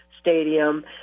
Stadium